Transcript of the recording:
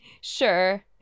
Sure